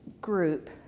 group